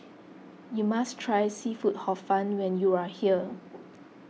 you must try Seafood Hor Fun when you are here